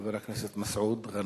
חבר הכנסת מסעוד גנאים.